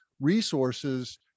resources